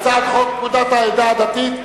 על הצעת חוק לתיקון פקודת העדה הדתית,